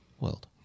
world